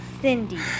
Cindy